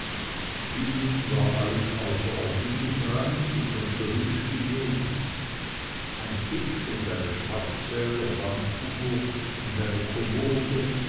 innen war alles außerordentlich reinlich und so hübsch wie möglich ein tisch und eine schwarzwälder wanduhr und eine kommode